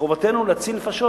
וחובתנו להציל נפשות.